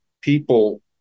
people